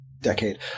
decade